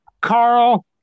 Carl